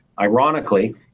ironically